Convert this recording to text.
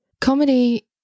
comedy